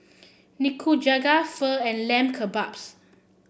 Nikujaga Pho and Lamb Kebabs